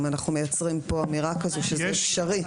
אם אנחנו מייצרים כאן אמירה כזאת שזה אפשרי.